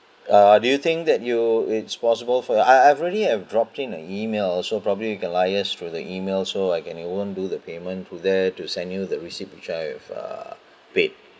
uh do you think that you it's possible for your I I've already uh dropped in the email also probably you can liaise through the email so I can we want to do the payment to there to send you the receipt which I've err paid